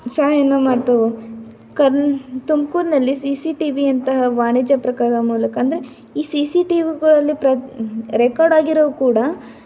ಸಹಾಯವನ್ನು ಮಾಡ್ತವೆ ಕರ್ನ್ ತುಮಕೂರ್ನಲ್ಲಿ ಸಿ ಸಿ ಟಿವಿಯಂತಹ ವಾಣಿಜ್ಯ ಪ್ರಕಾರ ಮೂಲಕ ಅಂದರೆ ಈ ಸಿ ಸಿ ಟಿವಿಗಳಲ್ಲಿ ಪ್ರ ರೆಕಾರ್ಡ್ ಆಗಿರೋವು ಕೂಡ